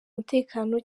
umutekano